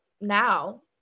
now